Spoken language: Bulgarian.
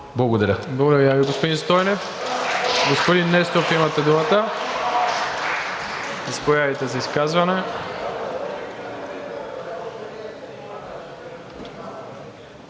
Благодаря Ви, господин Стойнев. Господин Несторов, имате думата. Заповядайте за изказване.